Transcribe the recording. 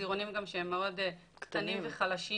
חזירונים גם שהם מאוד קטנים וחלשים